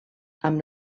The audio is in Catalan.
amb